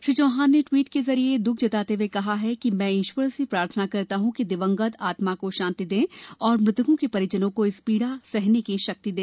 श्री चौहान ने ट्वीट के जरिए दुःख जताते हुए कहा कि मैं ईश्वर से प्रार्थना करता हूँ कि दिवंगत आत्मा को शांति दे और मृतकों के परिजनों को इस पीड़ा सहने की शक्ति दे